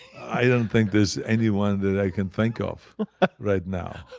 i don't think there's anyone that i can think of right now